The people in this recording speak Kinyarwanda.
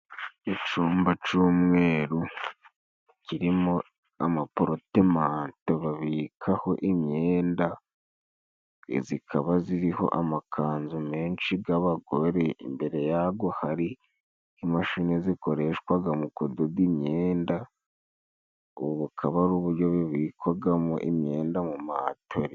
Icumba c'umweru kirimo amaporotemento babikaho imyenda zikaba ziriho amakanzu menshi g'abagore imbere yago hari imashini zikoreshwaga mu kudoda imyenda ubu bukaba ari uburyo bikwagamo imyenda mu matori.